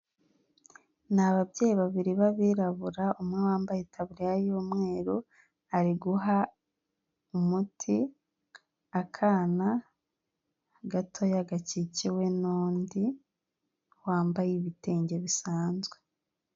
Ni ababyeyi babiri b'abirabura, umwe wambaye itaburiya y'umweru, ari guha umuti akana gatoya gakikiwe n'undi wambaye ibitenge bisanzwe.